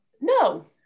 no